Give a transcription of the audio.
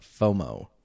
FOMO